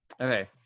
Okay